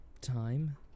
time